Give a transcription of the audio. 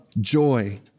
joy